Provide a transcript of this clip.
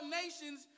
nations